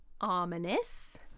ominous